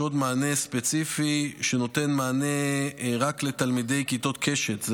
יש עוד מענה ספציפי שנותן מענה רק לתלמידי כיתות קשת,